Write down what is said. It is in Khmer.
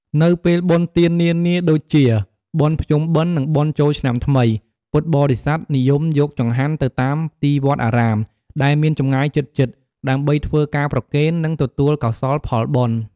នៅពេលបុណ្យទាននានាដូចជា បុណ្យភ្ជុំបិណ្ឌ និង បុណ្យចូលឆ្នាំថ្មី ពុទ្ធបរិស័ទ និយមយកចង្ហាន់ទៅតាមទីវត្តអារាមដែលមានចម្ងាយជិតៗ ដើម្បីធ្វើការប្រគេន និងទទួលកោសលផលបុណ្យ។